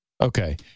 Okay